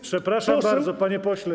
Przepraszam bardzo, panie pośle.